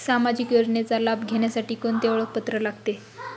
सामाजिक योजनेचा लाभ घेण्यासाठी कोणते ओळखपत्र लागते?